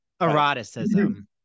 eroticism